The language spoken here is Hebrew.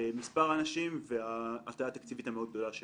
מספר האנשים וההצעה התקציבית המאוד גדולה שלו.